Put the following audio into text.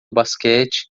basquete